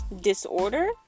disorder